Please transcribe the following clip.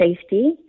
safety